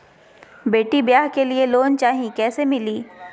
बेटी ब्याह के लिए लोन चाही, कैसे मिली?